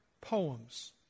poems